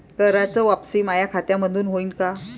कराच वापसी माया खात्यामंधून होईन का?